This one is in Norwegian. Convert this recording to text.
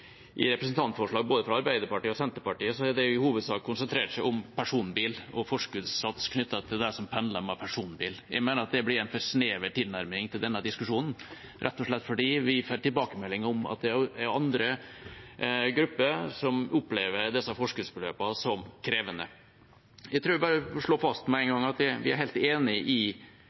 både Arbeiderpartiet og Senterpartiet, har de i hovedsak konsentrert seg om personbil og forskuddssats knyttet til dem som pendler med personbil. Jeg mener at det blir en for snever tilnærming til denne diskusjonen, rett og slett fordi vi får tilbakemeldinger om at det er andre grupper som opplever disse forskuddsbeløpene som krevende. Jeg tror jeg bare vil slå fast med én gang at vi er helt enig i